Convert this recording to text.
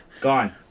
Gone